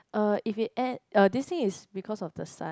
uh if it end ya this thing is because of the sun